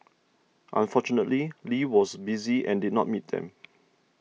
unfortunately Lee was busy and did not meet them